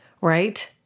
Right